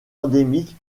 endémique